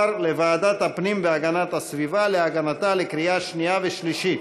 לוועדת הפנים והגנת הסביבה להכנתה לקריאה שנייה ושלישית.